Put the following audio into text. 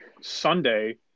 Sunday